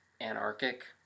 anarchic